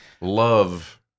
love